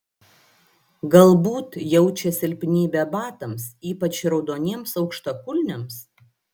galbūt jaučia silpnybę batams ypač raudoniems aukštakulniams